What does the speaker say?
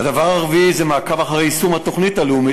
4. מעקב אחר יישום התוכנית הלאומית